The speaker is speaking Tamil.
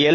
எல்